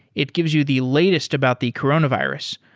it gives you the latest about the coronavirus.